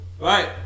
right